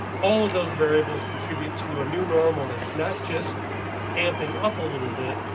all of those variables contribute to a new normal. that's not just amping up a little bit,